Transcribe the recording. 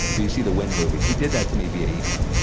but you see the wind moving. he did that to me via email.